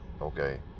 okay